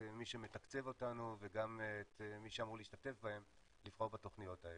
מי שמתקצב אותנו וגם את מי שאמור להשתתף בהן לבחור בתוכניות האלה.